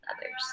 others